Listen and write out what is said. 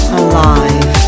alive